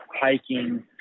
hiking